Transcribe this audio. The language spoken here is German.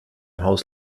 haus